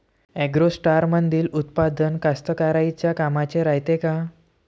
ॲग्रोस्टारमंदील उत्पादन कास्तकाराइच्या कामाचे रायते का?